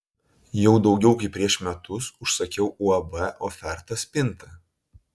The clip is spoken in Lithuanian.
jau daugiau kaip prieš metus užsakiau uab oferta spintą